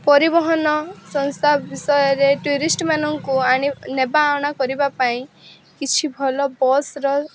ପରିବହନ ସଂସ୍ଥା ବିଷୟରେ ଟୁରିଷ୍ଟ ମାନଙ୍କୁ ଆଣି ନେବା ଅଣା କରିବା ପାଇଁ କିଛି ଭଲ ବସ୍ର